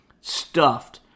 Stuffed